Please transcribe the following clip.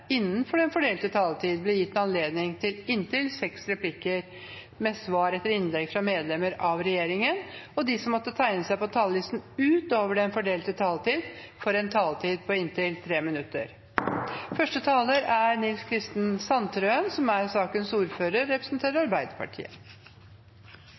innenfor den fordelte taletid – bli gitt anledning til inntil seks replikker med svar etter innlegg fra medlemmer av regjeringen, og de som måtte tegne seg på talerlisten utover den fordelte taletiden, får en taletid på inntil 3 minutter.